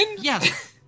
Yes